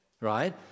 right